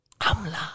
Amla